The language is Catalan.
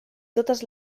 totes